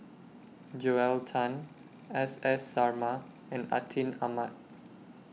Joel Tan S S Sarma and Atin Amat